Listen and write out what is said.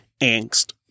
angst